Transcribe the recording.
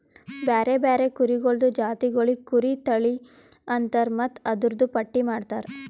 ಬ್ಯಾರೆ ಬ್ಯಾರೆ ಕುರಿಗೊಳ್ದು ಜಾತಿಗೊಳಿಗ್ ಕುರಿ ತಳಿ ಅಂತರ್ ಮತ್ತ್ ಅದೂರ್ದು ಪಟ್ಟಿ ಮಾಡ್ತಾರ